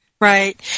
right